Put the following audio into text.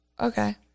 okay